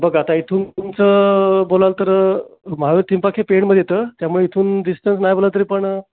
बघा आता इथून तुमचं बोलाल तर महावीर तीनपाखी पेणमध्ये येतं त्यामुळे इथून डिस्टन्स नाही बोलाल तरी पण